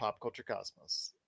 PopCultureCosmos